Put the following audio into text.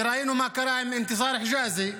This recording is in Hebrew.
וראינו מה קרה עם אינתיסאר חיג'אזי,